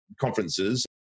conferences